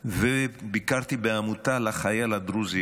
וביקרתי בעמותה לחייל הדרוזי,